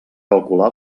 calcular